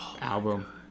album